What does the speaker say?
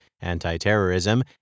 anti-terrorism